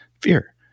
fear